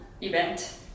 event